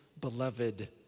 beloved